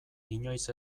inoiz